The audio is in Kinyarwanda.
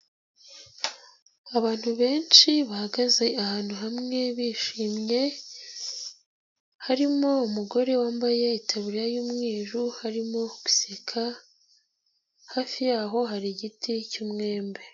Abantu benshi bahagaze ahantu hamwe bishimye, harimo umugore wambaye itaburiya y'umweru arimo guseka, hafi y'aho hari igiti cy'umwembe.